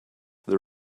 the